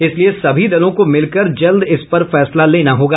इसलिए सभी दलों को मिलकर जल्द इस पर फैसला लेना होगा